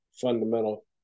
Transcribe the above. fundamental